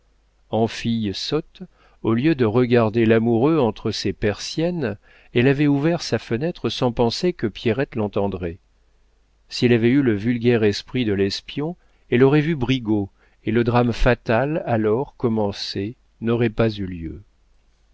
en fille sotte au lieu de regarder l'amoureux entre ses persiennes elle avait ouvert sa fenêtre sans penser que pierrette l'entendrait si elle avait eu le vulgaire esprit de l'espion elle aurait vu brigaut et le drame fatal alors commencé n'aurait pas eu lieu